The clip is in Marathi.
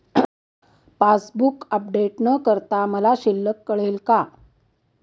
पासबूक अपडेट न करता मला शिल्लक कळेल का?